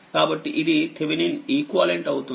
కాబట్టి ఇది Thevenin equivalent అవుతుంది